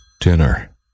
Dinner